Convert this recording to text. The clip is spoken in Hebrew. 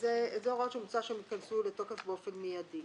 אלו הוראות שמוצע להכניס לתוקף באופן מידי.